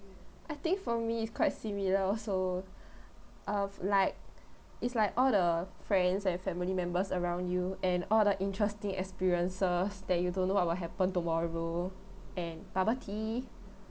I think for me it's quite similar also of like it's like all the friends and family members around you and all the interesting experiences that you don't know what will happen tomorrow and bubble tea